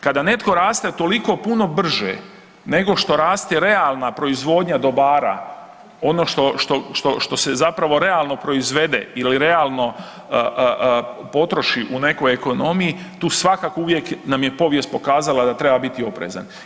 Kada netko raste toliko puno brže nego što raste realna proizvodnja dobara, ono što se zapravo realno proizvede ili realno potroši u nekoj ekonomiji tu svakako uvijek nam je povijest pokazala treba biti oprezan.